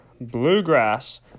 bluegrass